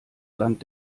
land